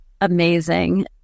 amazing